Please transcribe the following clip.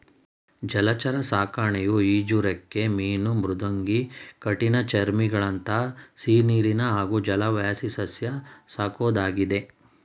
ಜಲಚರ ಸಾಕಣೆಯು ಈಜುರೆಕ್ಕೆ ಮೀನು ಮೃದ್ವಂಗಿ ಕಠಿಣಚರ್ಮಿಗಳಂಥ ಸಿಹಿನೀರಿನ ಹಾಗೂ ಜಲವಾಸಿಸಸ್ಯ ಸಾಕೋದಾಗಿದೆ